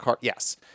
Yes